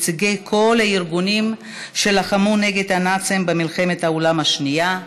נציגי כל ארגונים שלחמו נגד הנאצים במלחמת העולם השנייה,